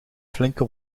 flinke